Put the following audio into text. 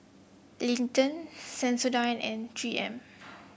Lindt Sensodyne and Three M